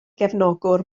gefnogwr